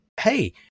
Hey